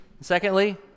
Secondly